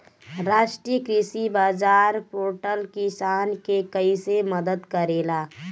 राष्ट्रीय कृषि बाजार पोर्टल किसान के कइसे मदद करेला?